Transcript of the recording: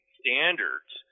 standards